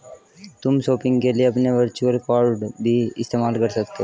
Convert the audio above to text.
तुम शॉपिंग के लिए अपने वर्चुअल कॉर्ड भी इस्तेमाल कर सकते हो